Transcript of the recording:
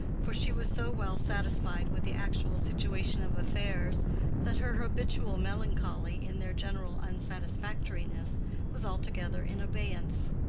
for she was so well satisfied with the actual situation of affairs that her habitual melancholy in their general unsatisfactoriness was altogether in abeyance.